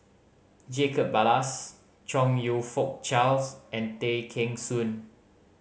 Jacob Ballas Chong You Fook Charles and Tay Kheng Soon